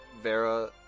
Vera